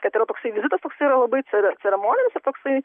kad yra toksai vizitas toks yra labai cere ceremoninis ir toksai